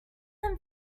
some